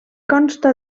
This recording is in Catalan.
consta